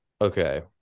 Okay